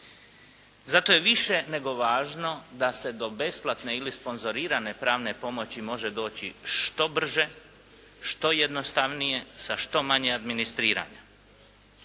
Zato je više nego važno da se do besplatne ili sponzorirane pravne pomoći može doći što brže, što jednostavnije sa što manje administriranja.